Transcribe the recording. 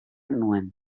nuen